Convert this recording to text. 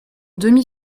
demi